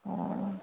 हुँ